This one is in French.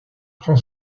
prend